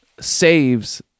saves